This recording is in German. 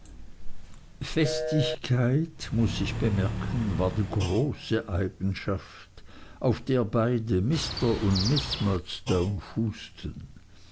festigkeit muß ich bemerken war die große eigenschaft auf der beide mr und